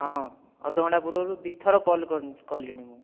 ହଁ ଅଧ ଘଣ୍ଟା ପୂର୍ବରୁ ଦି ଥର କଲ କଲିଣି ମୁଁ